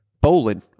Bowling